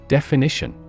Definition